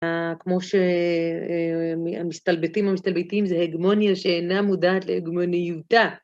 כמו שהמסתלבטים המסתלבטיים זה הגמוניה שאינה מודעת להגמוניותה.